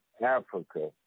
Africa